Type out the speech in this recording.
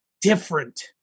different